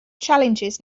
challenges